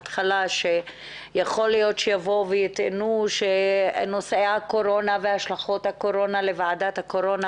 יכול להיות שיטענו שנושאי הקורונה הם עבור ועדת הקורונה,